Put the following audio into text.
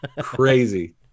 crazy